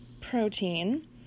protein